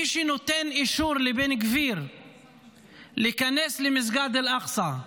מי שנותן אישור לבן גביר להיכנס למסגד אל-אקצא,